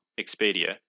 Expedia